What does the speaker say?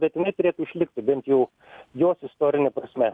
bet jinai turėtų išlikti bent jau jos istorine prasme